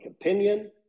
opinion